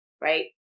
right